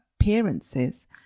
appearances